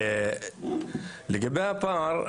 לגבי הפער,